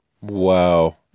Wow